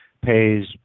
pays